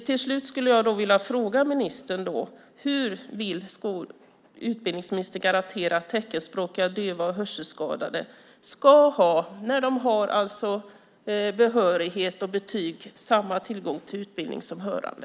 Jag vill till slut fråga ministern: Hur vill utbildningsministern garantera att teckenspråkiga döva och hörselskadade när de har behörighet och betyg ska ha samma tillgång till utbildning som hörande?